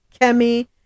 Kemi